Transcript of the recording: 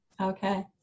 Okay